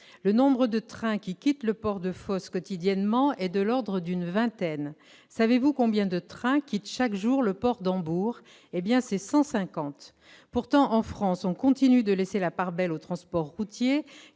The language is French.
Le nombre de trains qui quittent le port de Marseille Fos quotidiennement est de l'ordre d'une vingtaine. Savez-vous combien de trains quittent chaque jour le port de Hambourg ? Cent cinquante ! Pourtant, en France, on continue de laisser la part belle au transport routier,